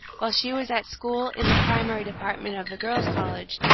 while she was at school in the primary department of the girls' college,